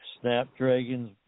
snapdragons